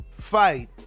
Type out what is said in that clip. Fight